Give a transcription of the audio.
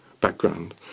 background